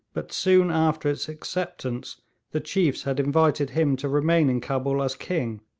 but soon after its acceptance the chiefs had invited him to remain in cabul as king,